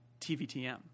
TVTM